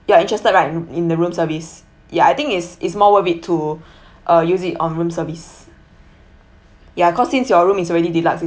you're interested right in in the room service ya I think is is more worth it to uh use it on room service ya cause since your room is already deluxe